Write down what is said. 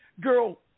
Girl